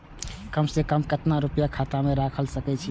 कम से कम केतना रूपया खाता में राइख सके छी?